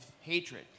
hatred